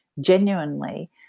genuinely